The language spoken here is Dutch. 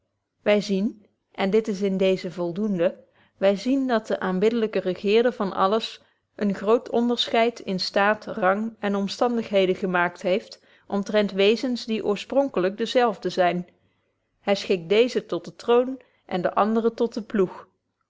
wy zien en dit is in deezen voldoende wy zien dat de aanbiddelyke regeerder van alles een groot onderscheid in staat rang en omstandigheden gemaakt heeft omtrent wezens die oorspronkelyk de zelfde zyn hy schikt deezen tot den troon en den anderen tot den ploeg